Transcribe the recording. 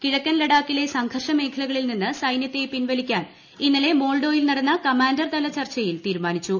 കിഴ്ക്ക്ൻ ്ലഡാക്കിലെ സംഘർഷ മേഖലകളിൽ നിന്ന് സൈന്റിക്കത്ത് പിൻവലിക്കാൻ ഇന്നലെ മോൾഡോയിൽ നടന്ന കമ്മൂൻഡർ തല ചർച്ചയിൽ തീരുമാനിച്ചു